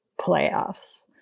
playoffs